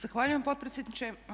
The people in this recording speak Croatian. Zahvaljujem potpredsjedniče.